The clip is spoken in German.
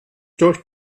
durch